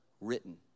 written